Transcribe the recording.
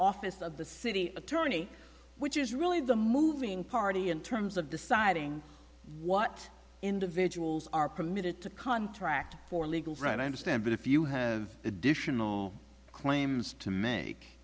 office of the city attorney which is really the moving party in terms of deciding what individuals are permitted to contract for legal right i understand but if you have additional claims to make